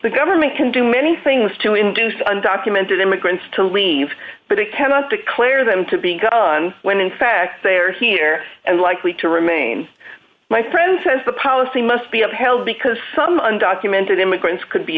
the government can do many things to induce undocumented immigrants to leave but they cannot declare them to be gone when in fact they are here and likely to remain my friend says the policy must be upheld because some undocumented immigrants could